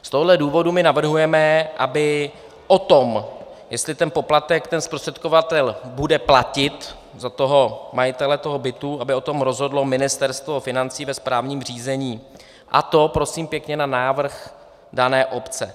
Z tohoto důvodu my navrhujeme, aby o tom, jestli ten poplatek zprostředkovatel bude platit za majitele toho bytu, aby o tom rozhodlo Ministerstvo financí ve správním řízení, a to, prosím pěkně, na návrh dané obce.